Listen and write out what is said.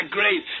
Great